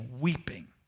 weeping